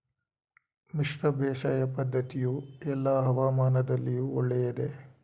ಮಿಶ್ರ ಬೇಸಾಯ ಪದ್ದತಿಯು ಎಲ್ಲಾ ಹವಾಮಾನದಲ್ಲಿಯೂ ಒಳ್ಳೆಯದೇ?